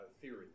theory